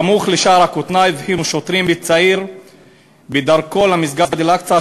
סמוך לשער הכותנה הבחינו שוטרים בצעיר בדרכו למסגד אל-אקצא.